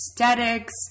aesthetics